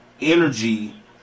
energy